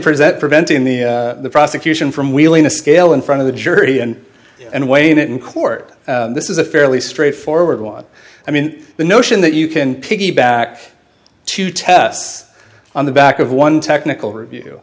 present preventing the prosecution from wheeling a scale in front of the jury and and weighing it in court this is a fairly straightforward one i mean the notion that you can piggyback two tests on the back of one technical review